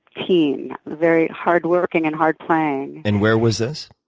teen very hard-working and hard-playing. and where was this?